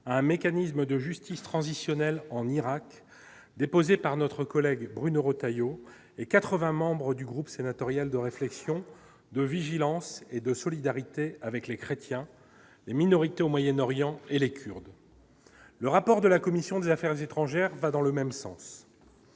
un mécanisme de justice transitionnelle en Irak déposée par notre collègue Bruno Retailleau et 80 membres du groupe sénatorial de réflexions de vigilance et de solidarité avec les chrétiens, les minorités au Moyen-Orient et les Kurdes, le rapport de la commission des Affaires étrangères, va dans le même sens,